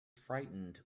frightened